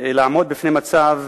לעמוד בפני מצב